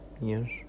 Yes